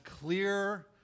clear